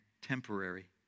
temporary